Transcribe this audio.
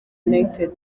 united